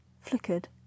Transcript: flickered